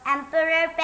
Emperor